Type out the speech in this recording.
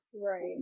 right